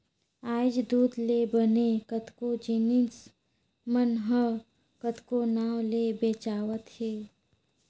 आयज दूद ले बने कतको जिनिस मन ह कतको नांव ले बेंचावत हे